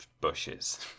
bushes